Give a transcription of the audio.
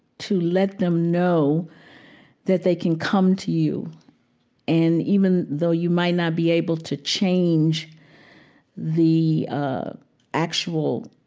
to let them know that they can come to you and even though you might not be able to change the ah actual,